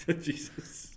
Jesus